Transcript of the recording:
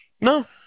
No